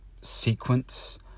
sequence